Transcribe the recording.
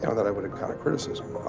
and that i would encounter criticism.